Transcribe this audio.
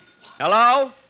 Hello